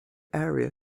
area